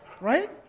Right